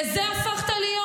לזה הפכת להיות?